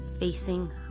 Facing